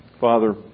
Father